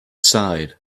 side